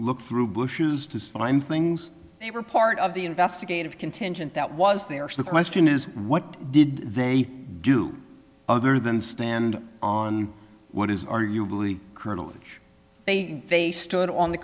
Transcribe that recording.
looked through bush used to find things they were part of the investigative contingent that was there so the question is what did they do other than stand on what is arguably kernel each day they stood on the